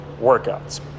workouts